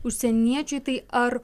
užsieniečiui tai ar